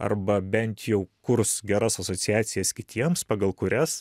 arba bent jau kurs geras asociacijas kitiems pagal kurias